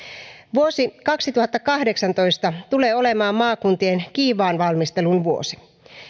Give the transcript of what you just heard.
vuosi kaksituhattakahdeksantoista tulee olemaan maakuntien kiivaan valmistelun vuosi